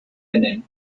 linen